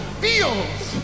feels